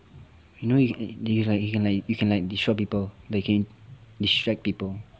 you know that you like you can like you can like disrupt people like you can distract people